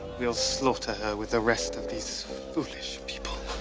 we'll slaughter her with the rest of these foolish people.